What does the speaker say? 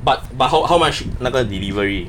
but but how how much 那个 delivery